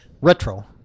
retro